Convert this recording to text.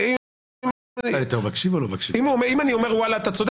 אם אני אומר אתה צודק,